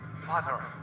Father